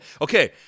Okay